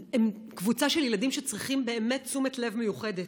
הם קבוצה של ילדים שצריכים באמת תשומת לב מיוחדת.